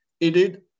Indeed